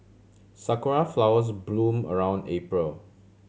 sakura flowers bloom around April